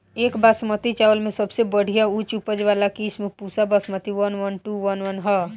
एक बासमती चावल में सबसे बढ़िया उच्च उपज वाली किस्म Pusa Basmati one one two one ह?